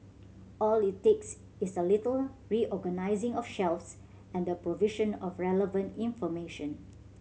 all it takes is a little reorganising of shelves and the provision of relevant information